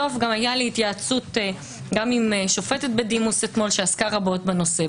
הייתה לי התייעצות גם עם שופטת בדימוס אתמול שעסקה רבות בנושא,